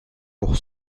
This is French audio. pour